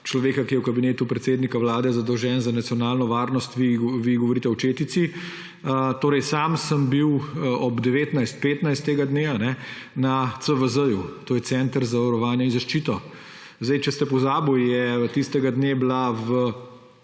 človeku, ki je v Kabinetu predsednika Vlade zadolžen za nacionalno varnost, vi govorite kot o četici. Sam sem bil ob 19.15 tega dne na CVZ, to je Centru za varovanje in zaščito. Če ste pozabili, je bil tistega dne v